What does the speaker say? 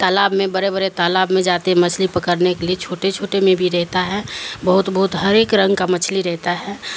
تالاب میں برے برے تالاب میں جاتے مچھلی پکڑنے کے لیے چھوٹے چھوٹے میں بھی رہتا ہے بہت بہت ہر ایک رنگ کا مچھلی رہتا ہے